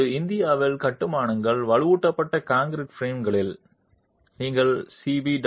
இப்போது இந்தியாவில் கட்டுமானங்கள் வலுவூட்டப்பட்ட கான்கிரீட் பிரேம்களில் நீங்கள் சி